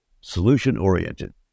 solution-oriented